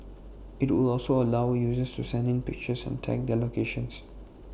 IT would also allow users to send in pictures and tag their locations